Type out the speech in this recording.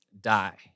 die